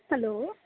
hello